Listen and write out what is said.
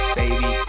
baby